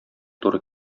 туры